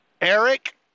Eric